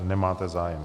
Nemáte zájem.